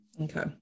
Okay